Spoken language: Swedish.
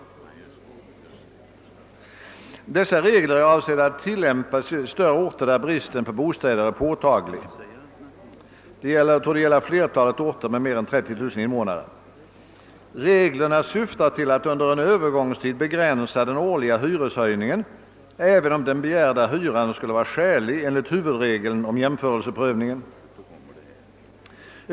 Dessa regler är avsedda att till lämpas i större orter där bristen på bostäder är påtaglig. Det gäller flertalet orter med mer än 30 000 invånare. Reglerna syftar till att under en övergångstid begränsa den årliga hyreshöjningen även om den begärda hyran skulle vara skälig enligt huvudregeln om jämförelseprövningen.